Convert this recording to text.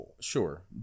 sure